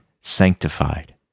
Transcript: sanctified